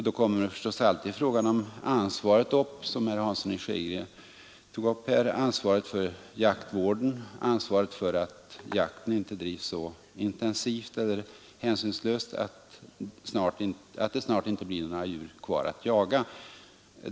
Då kommer alltid frågan om ansvaret upp, vilken även herr Hansson i Skegrie berörde, ansvaret för jaktvården och ansvaret för att jakten inte bedrivs så intensivt och så hänsynslöst att det snart inte blir några djur kvar att jaga.